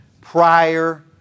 prior